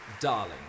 darling